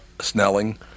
Snelling